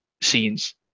scenes